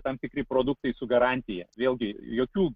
tam tikri produktai su garantija vėlgi jokių